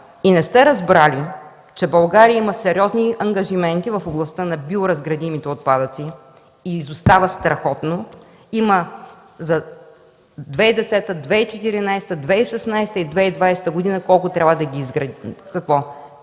и не сте разбрали, че България има сериозни ангажименти в областта на биоразградимите отпадъци и изостава страхотно – има за 2010, 2014, 2016 и 2020 г. колко трябва да… (Реплика